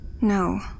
No